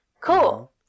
Cool